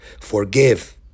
Forgive